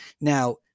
Now